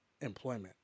employment